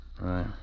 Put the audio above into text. Right